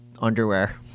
underwear